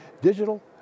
digital